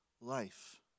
life